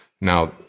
Now